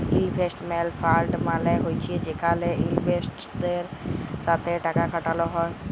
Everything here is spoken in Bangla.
ইলভেস্টমেল্ট ফাল্ড মালে হছে যেখালে ইলভেস্টারদের সাথে টাকা খাটাল হ্যয়